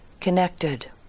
connected